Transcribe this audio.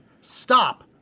stop